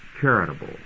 charitable